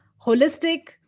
holistic